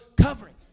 covering